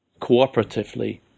Cooperatively